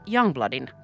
Youngbloodin